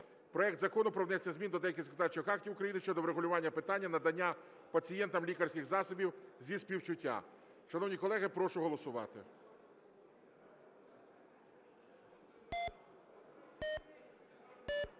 проект Закону про внесення змін до деяких законодавчих актів України щодо врегулювання питання надання пацієнтам лікарських засобів зі співчуття. Шановні колеги, прошу голосувати.